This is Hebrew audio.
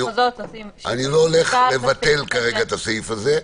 אני לא הולך לבטל כרגע את הסעיף הזה.